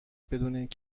بدونید